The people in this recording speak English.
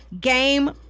Game